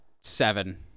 Seven